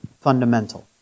fundamental